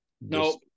no